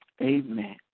Amen